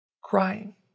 crying